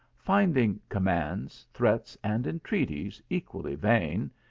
finding commands, threats, and entreaties equally vain,